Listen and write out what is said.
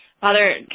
Father